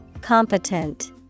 Competent